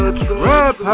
trap